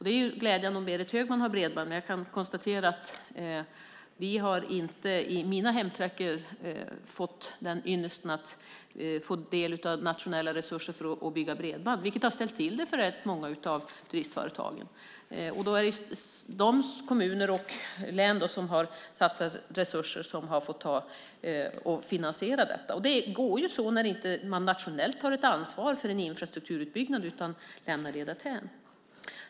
Det är glädjande om Berit Högman har bredband, men jag kan konstatera att vi i mina hemtrakter inte har fått den ynnesten att få del av nationella resurser för att bygga bredband, vilket har ställt till det för rätt många av turistföretagen. Det är då de kommuner och län som har satsat resurser som har fått finansiera detta. Det går så när man inte nationellt tar ett ansvar för en infrastrukturutbyggnad utan lämnar den därhän.